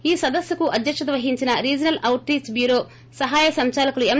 ఈ సదస్సు కు అధ్యక్షత వహించిన రీజనల్ అవుట్ రిచ్ బ్యూరో సహాయ సంచాలకులు ఎం